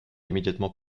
immédiatement